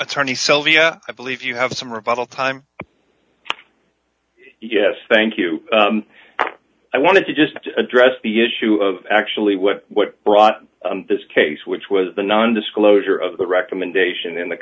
attorney sylvia i believe you have some republican yes thank you i wanted to just address the issue of actually what what brought this case which was the non disclosure of the recommendation in the